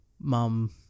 Mum